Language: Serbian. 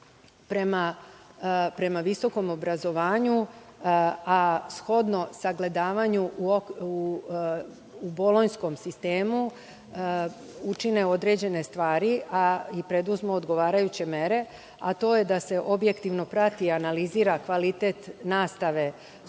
prema visokom obrazovanju, a shodno sagledavanju u Bolonjskom sistemu, učine određene stvari i preduzmu odgovarajuće mere, a to je da se objektivno prati i analizira kvalitet nastave